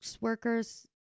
workers